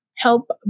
help